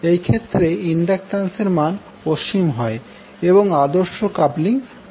এই ক্ষেত্রে ইন্ডাক্টান্স এর মান অসীম হয় এবং আদর্শ কাপলিং তৈরি হয়